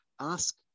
ask